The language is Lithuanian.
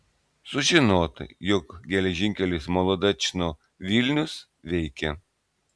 sužinota jog geležinkelis molodečno vilnius veikia